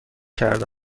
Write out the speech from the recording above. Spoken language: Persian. کرده